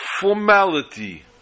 formality